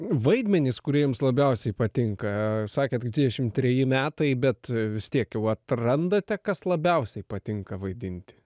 vaidmenys kuriems labiausiai patinka sakėt dvidešimt treji metai bet vis tiek jau atrandate kas labiausiai patinka vaidinti